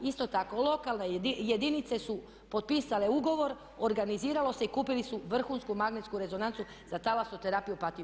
Isto tako lokalne jedinice su potpisale ugovor, organiziralo se i kupili su vrhunsku mangnetsku rezonancu za Talasoterapiju Opatija.